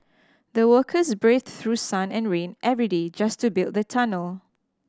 the workers braved through sun and rain every day just to build the tunnel